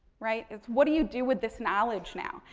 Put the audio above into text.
right. it's what do you do with this knowledge now?